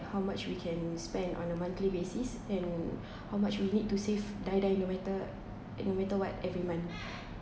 how much we can spend on a monthly basis and how much we need to save die die no matter no matter what every month